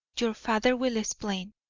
your father will explain,